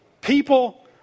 People